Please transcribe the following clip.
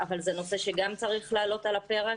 זה נושא שגם צריך לעלות על הפרק